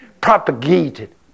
propagated